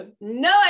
No